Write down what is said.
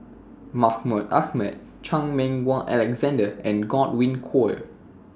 Mahmud Ahmad Chan Meng Wah Alexander and Godwin Koay